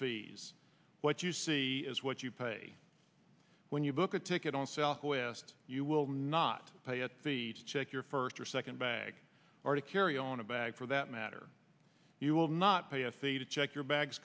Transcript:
fees what you see is what you pay when you look at ticket on southwest you will not pay at the check your first or second bag or to carry on a bag for that matter you will not pay a fee to check your bags